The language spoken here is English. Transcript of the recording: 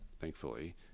thankfully